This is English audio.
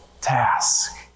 task